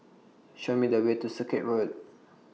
Show Me The Way to Circuit Road